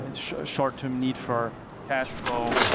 and short-term need for cash flow